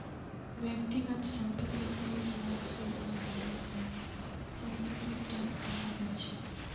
व्यक्तिगत संपत्ति तीस लाख से ऊपर हले पर समपत्तिर टैक्स लियाल जा छे